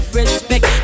respect